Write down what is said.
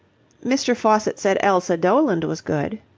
mr. faucitt said elsa doland was good.